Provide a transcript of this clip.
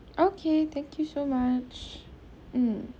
okay thank you so much mm